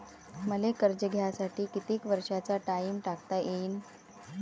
मले कर्ज घ्यासाठी कितीक वर्षाचा टाइम टाकता येईन?